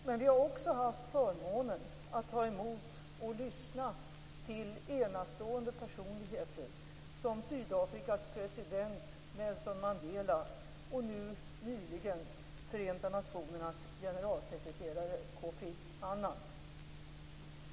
Men vi har också haft förmånen att ta emot och lyssna till enastående personligheter, som Sydafrikas president Nelson Mandela och nu, nyligen, Förenta nationernas generalsekreterare Kofi Annan.